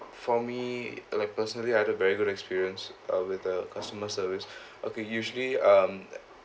for me like personally I had a very good experience uh with the customer service okay usually um